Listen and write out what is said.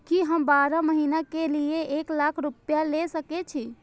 की हम बारह महीना के लिए एक लाख रूपया ले सके छी?